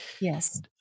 Yes